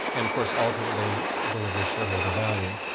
and, of course, ultimately, deliver shareholder value.